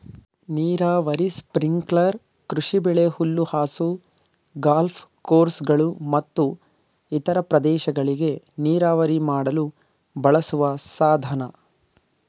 ನೀರಾವರಿ ಸ್ಪ್ರಿಂಕ್ಲರ್ ಕೃಷಿಬೆಳೆ ಹುಲ್ಲುಹಾಸು ಗಾಲ್ಫ್ ಕೋರ್ಸ್ಗಳು ಮತ್ತು ಇತರ ಪ್ರದೇಶಗಳಿಗೆ ನೀರಾವರಿ ಮಾಡಲು ಬಳಸುವ ಸಾಧನ